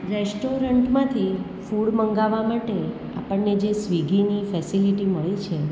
રેસ્ટોરન્ટમાંથી ફૂડ મંગાવવા માટે આપણને જે સ્વિગની ફેસેલિટી મળી છે